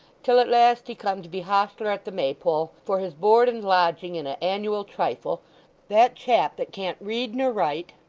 till at last he come to be hostler at the maypole for his board and lodging and a annual trifle that chap that can't read nor write,